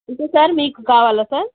ఇంక సార్ మీకు కావాలా సార్